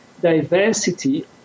diversity